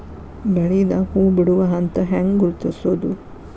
ಬೆಳಿದಾಗ ಹೂ ಬಿಡುವ ಹಂತ ಹ್ಯಾಂಗ್ ಗುರುತಿಸೋದು?